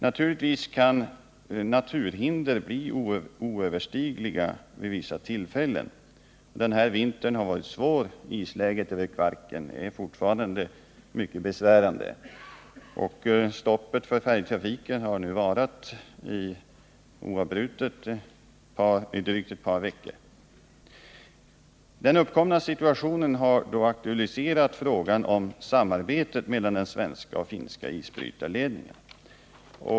Naturligtvis kan naturhinder bli oöverstigliga vid vissa tillfällen. Den här vintern har varit svår, och isläget i Kvarken är fortfarande mycket besvärande. Stoppet för färjetrafiken har nu varat oavbrutet i drygt ett par veckor. Den uppkomna situationen har aktualiserat frågan om samarbete mellan den svenska och den finska isbrytarledningen.